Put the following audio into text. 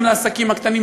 גם לעסקים הקטנים,